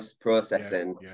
processing